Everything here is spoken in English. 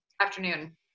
afternoon